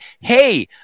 Hey